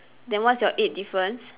then what's your eight difference